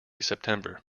september